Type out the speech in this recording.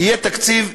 יהיה תקציב,